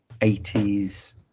80s